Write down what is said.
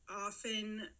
often